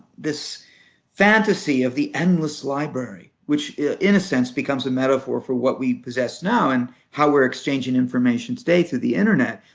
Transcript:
this fantasy of the endless library, which in a sense becomes a metaphor for what we possess now and how we're exchanging information today through the internet,